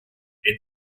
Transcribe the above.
est